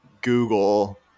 Google